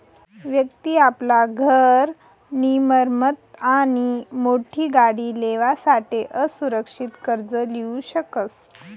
व्यक्ति आपला घर नी मरम्मत आणि मोठी गाडी लेवासाठे असुरक्षित कर्ज लीऊ शकस